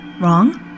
Wrong